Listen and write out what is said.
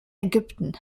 ägypten